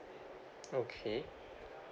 okay